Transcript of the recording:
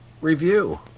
review